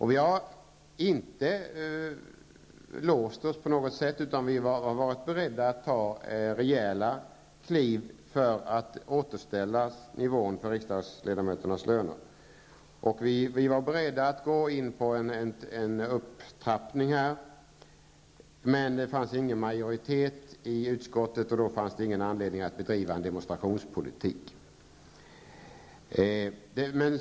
Vi har inte på något sätt varit låsta, utan vi har varit beredda att ta rejäla kliv för att återställa nivån för riksdagsledamöternas löner. Vi var också beredda att gå med på en upptrappning, men eftersom det inte fanns någon majoritet i utskottet, fanns det ingen anledning att bedriva en demonstrationspolitik.